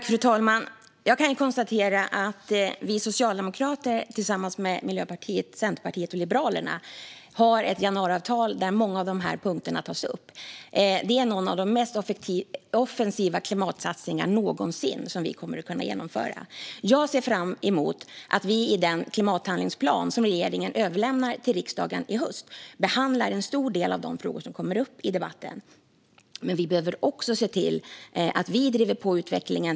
Fru talman! Jag kan konstatera att vi socialdemokrater tillsammans med Miljöpartiet, Centerpartiet och Liberalerna har ett januariavtal där många av dessa punkter tas upp. Vi kommer att genomföra en av de mest offensiva klimatsatsningarna någonsin. Jag ser fram emot att vi i den klimathandlingsplan som regeringen överlämnar till riksdagen i höst behandlar en stor del av de frågor som kommer upp i debatten. Men vi behöver också se till att vi driver på utvecklingen.